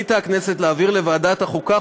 החליטה הכנסת להעביר לוועדת החוקה,